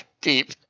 deep